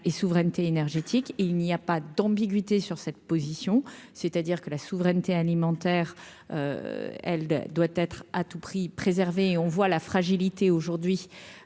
et souveraineté énergétique, il n'y a pas d'ambiguïté sur cette position, c'est-à-dire que la souveraineté alimentaire, elle doit être à tout prix préserver, et on voit la fragilité aujourd'hui